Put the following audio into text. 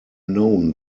known